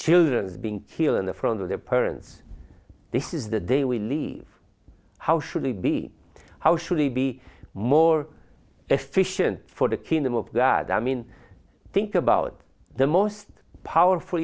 children being killed in the front of their parents this is the day we leave how should we be how should we be more efficient for the kingdom of god i mean think about the most powerful